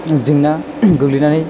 जेंना गोग्लैनानै